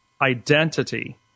identity